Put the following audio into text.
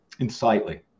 Insightly